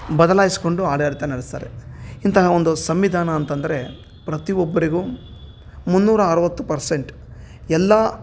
ಬದಲಾಯಿಸ್ಕೊಂಡು ಆಡಳಿತ ನಡೆಸ್ತಾರೆ ಇಂಥ ಒಂದು ಸಂವಿಧಾನ ಅಂತಂದರೆ ಪ್ರತಿ ಒಬ್ಬರಿಗೂ ಮುನ್ನೂರ ಅರವತ್ತು ಪರ್ಸೆಂಟ್ ಎಲ್ಲಾ